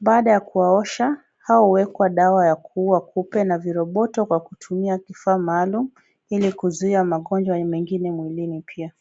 Baada ya kuwaosha hao huwekwa dawa ya kuua kupe na viroboto kwa kutumia vifaa maalumu ili kuzuia magonjwa mengine mwilini pia.